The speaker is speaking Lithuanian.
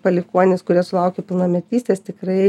palikuonys kurie sulaukė pilnametystės tikrai